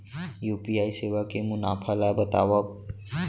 UPI सेवा के मुनाफा ल बतावव?